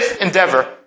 endeavor